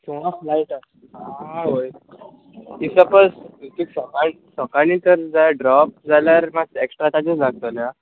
सोवां flight आसा आवोय if suppose सोकाळी सोकाणी तोर जाय ड्रॉप जाल्यार मात एक्स्ट्रा चार्जीस लागतोलें आं